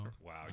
Wow